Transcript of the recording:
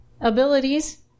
abilities